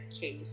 case